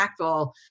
impactful